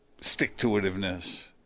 stick-to-itiveness